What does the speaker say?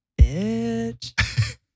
Bitch